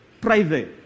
private